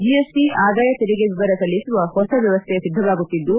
GST ಆದಾಯ ತೆರಿಗೆ ವಿವರ ಸಲ್ಲಿಸುವ ಹೊಸ ವ್ಯವಸ್ಥೆ ಸಿದ್ಧವಾಗುತ್ತಿದ್ದು